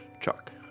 chuck